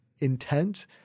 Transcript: intent